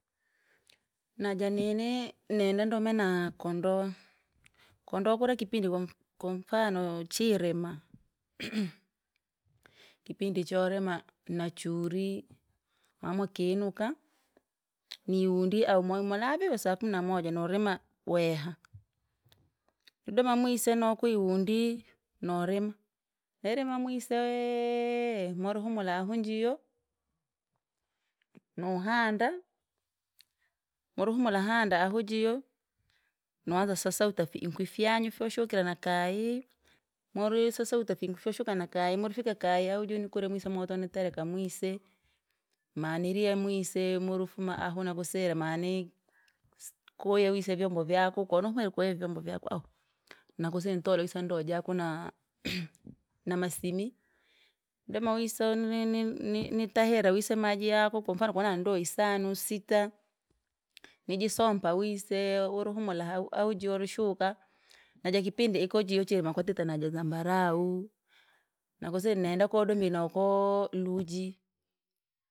Najanini nenda ndome na kondoa, kondoa kura kipindi ku- kwamfano chirima, kipindi chorema, nachuri? Mamwakinuka? Niwundi au mwalaviwe saa kumi na moja norina weha. Nidonamwise nooku wundi, norima, mwisee! Mweruhumula hu njiyo, nuhanda, mweruhumula handa ahu jiyo, noanza sasawuta fiinkwi fyanyu fyoshukira nakayi, mweruta sasa fyoshukira nakay fyoshukura nakaya ahu jiyo nikolo mwise moto nitereke mwise, maniriya mweise mwerufuma ahu nakusire mani, si- konikoya wise nyombo vyaku. Kowahumwire koya vyombo vyaku ahu, nakusire nitole wise ndoo jaku na namasimi. Domawise nini ni- nitahera wise maji yaku kwanfano koni ndoo isanu, sita, nijisompa wise urihumule au- ahu jiyo urishuka, najakipindi iko jiyo kwatite najazambarawu, nakusire nenda kawadamire nakoo luji.